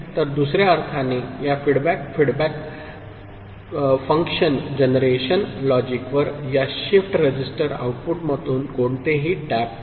तर दुसर्या अर्थाने या फीड फीडबॅक फंक्शन जनरेशन लॉजिकवर या शिफ्ट रजिस्टर आउटपुटमधून कोणतेही टॅप नाही